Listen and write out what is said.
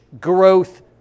growth